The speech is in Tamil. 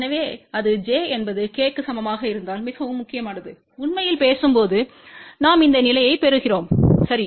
எனவே அது j என்பது k க்கு சமமாக இருந்தால் மிகவும் முக்கியமானது உண்மையில் பேசும்போது நாம் இந்த நிலையைப் பெறுகிறோம் சரி